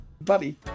buddy